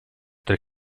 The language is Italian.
tre